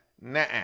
nah